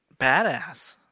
badass